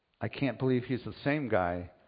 I-can't-believe-he's-the-same-guy